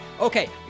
Okay